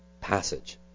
passage